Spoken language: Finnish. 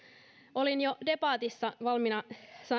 olin jo debatissa valmiina